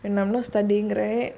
when I'm not studying right